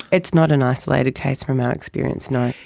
it's not an isolated case from our experience, no.